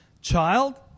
child